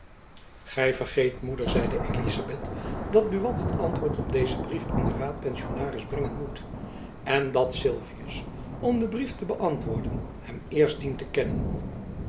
gy vergeet moeder zeide elizabeth dat buat het antwoord op dezen brief aan den raadpensionaris brengen moet en dat sylvius om den brief te beantwoorden hem eerst dient te kennen